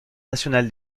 national